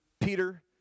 Peter